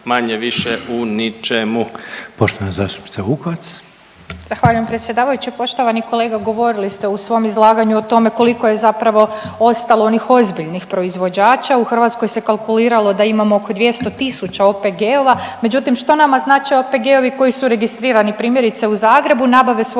zastupnica Vukovac. **Vukovac, Ružica (Nezavisni)** Zahvaljujem predsjedavajući. Poštovani kolega govorili ste u svom izlaganju o tome koliko je zapravo ostalo onih ozbiljnih proizvođača, u Hrvatskoj se kalkuliralo da imamo oko 200.000 OPG-ova, međutim što nama znači OPG-ovi koji su registrirani primjerice u Zagrebu, nabave svoju